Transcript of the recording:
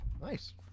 nice